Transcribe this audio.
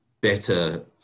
better